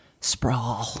sprawl